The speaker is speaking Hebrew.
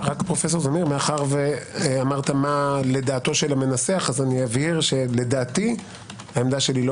מאחר שאמרת מה לדעתו של המנסח העמדה שלי לא